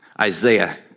Isaiah